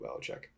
Belichick